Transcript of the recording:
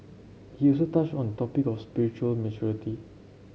he also touched on the topic of spiritual maturity